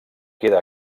queda